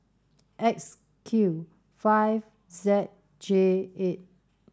X Q five Z J